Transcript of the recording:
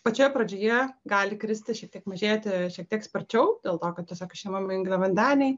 pačioje pradžioje gali kristi šiek tiek mažėti šiek tiek sparčiau dėl to kad tiesiog išemami angliavandeniai